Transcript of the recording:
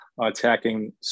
attacking